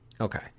Okay